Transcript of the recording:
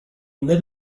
live